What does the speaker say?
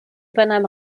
übernahm